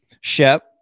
Shep